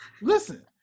listen